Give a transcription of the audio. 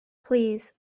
plîs